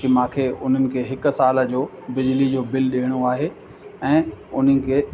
की मूंखे उन्हनि खे हिकु साल जो बिजली जो बिल ॾियणो आहे ऐं उन खे